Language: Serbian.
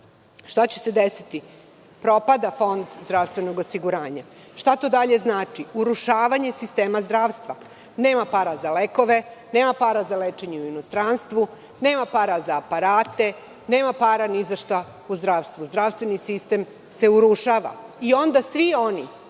Šta će se desiti? Propada Fond zdravstvenog osiguranja. Šta to dalje znači? Urušavanje sistema zdravstva. Nema para za lekove, nema para za lečenje u inostranstvu, nema para za aparate, nema para ni za šta u zdravstvu. Zdravstveni sistem se urušava. Onda svi oni